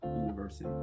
University